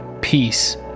Peace